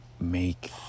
make